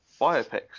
biopics